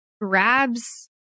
grabs